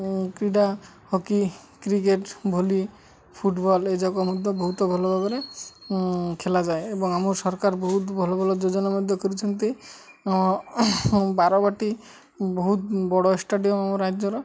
କ୍ରୀଡ଼ା hockey cricket volley football ଏଯାକ ମଧ୍ୟ ବହୁତ ଭଲ ଭାବରେ ଖେଳାଯାଏ ଏବଂ ଆମର ସରକାର ବହୁତ ଭଲ ଭଲ ଯୋଜନା ମଧ୍ୟ କରିଛନ୍ତି ବାରବାଟୀ ବହୁତ ବଡ଼ ଷ୍ଟାଡ଼ିୟମ ଆମ ରାଜ୍ୟର